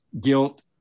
guilt